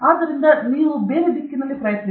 ಆದ್ದರಿಂದ ನೀವು ಬೇರೆ ವಾಹನದಲ್ಲಿ ಪ್ರಯತ್ನಿಸಿ